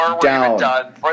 down